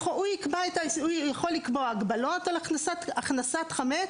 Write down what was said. הוא יכול לקבוע הגבלות על הכנסת חמץ